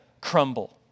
crumble